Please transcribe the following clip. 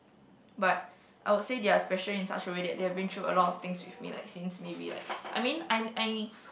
but I would say they are special in such way that they have been though a lot of things with me like since maybe like I mean I I